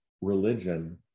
religion